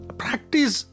practice